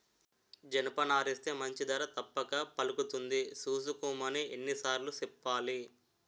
జనపనారేస్తే మంచి ధర తప్పక పలుకుతుంది సూసుకోమని ఎన్ని సార్లు సెప్పాలి?